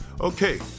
Okay